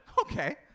Okay